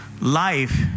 life